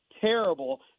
terrible